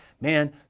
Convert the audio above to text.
man